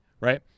right